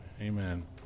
Amen